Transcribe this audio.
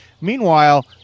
Meanwhile